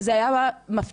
זה אכן היה מפתיע,